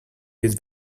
his